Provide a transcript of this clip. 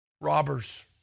robbers